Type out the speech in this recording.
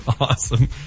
awesome